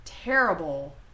terrible